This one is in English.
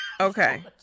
Okay